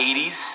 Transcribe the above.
80s